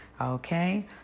Okay